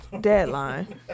deadline